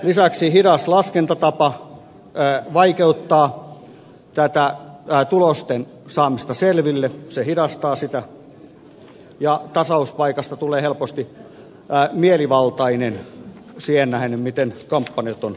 lisäksi hidas laskentatapa vaikeuttaa tulosten saamista selville se hidastaa sitä ja tasauspaikasta tulee helposti mielivaltainen siihen nähden miten kampanjat on tehty